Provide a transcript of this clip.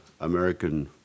American